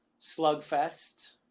Slugfest